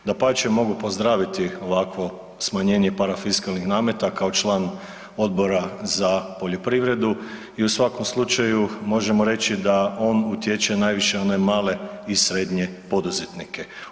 Dapače, mogu pozdraviti ovakvo smanjenje parafiskalnih nameta kao član Odbora za poljoprivredu i u svakom slučaju možemo reći da on utječe najviše na one male i srednje poduzetnike.